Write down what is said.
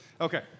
Okay